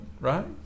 right